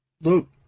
look